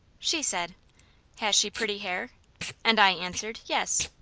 she said has she pretty hair and i answered, yes.